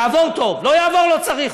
יעבור, טוב, לא יעבור, לא צריך.